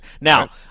Now